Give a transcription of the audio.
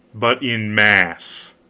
but in mass!